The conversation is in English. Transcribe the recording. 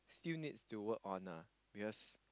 still needs to work on ah because